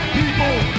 people